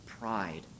pride